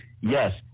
yes